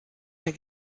der